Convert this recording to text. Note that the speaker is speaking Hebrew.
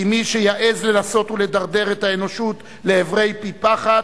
כי מי שיעז לנסות ולדרדר את האנושות לעברי פי פחת,